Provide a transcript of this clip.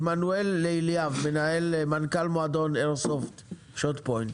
עמנואל לאיליאב, מנכ"ל מועדון איירסופט שוטפוינט.